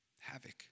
havoc